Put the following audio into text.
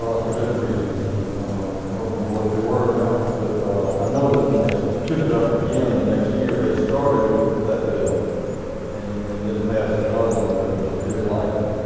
ah for different reasons. and i don't remember what they were now but i know that when they took it up again the next year, they started with that bill and and then passed another one that was to his liking.